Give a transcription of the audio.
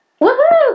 Woohoo